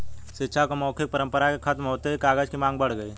शिक्षा की मौखिक परम्परा के खत्म होते ही कागज की माँग बढ़ गई